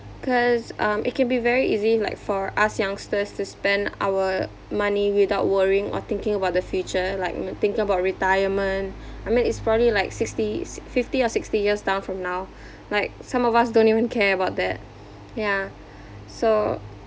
cause um it can be very easy like for us youngsters to spend our money without worrying or thinking about the future like mm thinking about retirement I mean it's probably like sixty fifty or sixty years down from now like some of us don't even care about that ya so